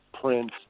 prince